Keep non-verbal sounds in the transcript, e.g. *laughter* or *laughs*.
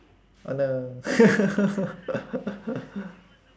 oh no *laughs*